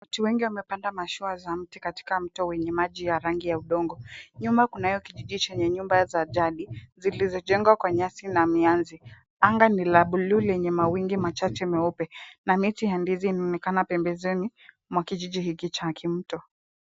Watu wengi wamepanda mashua ya miti katika mto wenye maji ya rangi ya udongo. Nyuma kunayo kijiji chenye nyumba za jadi zilizojengwa kwa nyasi na mianzi. Anga ni la buluu lenye mawingi machache meupe na miche ya ndizi inaonekana pembezoni mwa kijiji hiki cha kimto.